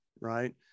right